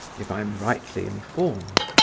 if i am rightly informed.